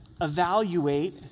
evaluate